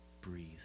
Breathe